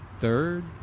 third